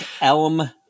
Elm